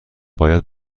باید